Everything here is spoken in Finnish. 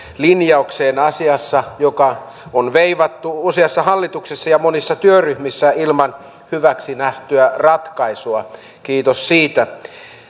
linjaukseen asiassa jota on veivattu useassa hallituksessa ja monissa työryhmissä ilman hyväksi nähtyä ratkaisua kiitos siitä